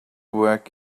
work